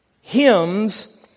hymns